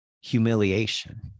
humiliation